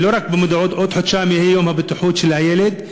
בעוד חודשיים יהיה יום בטיחות הילד,